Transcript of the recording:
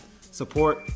support